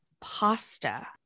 pasta